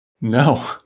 no